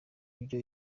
ivyo